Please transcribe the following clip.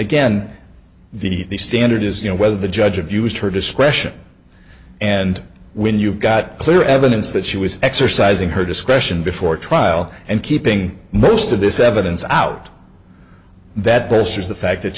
again the standard is you know whether the judge abused her discretion and when you've got clear evidence that she was exercising her discretion before trial and keeping most of this evidence out that bolsters the fact that